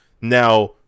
Now